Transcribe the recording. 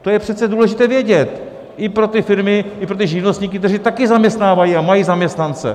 To je přece důležité vědět, i pro ty firmy, i pro ty živnostníky, kteří také zaměstnávají a mají zaměstnance.